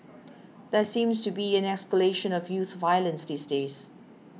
there seems to be an escalation of youth violence these days